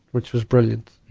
which was brilliant,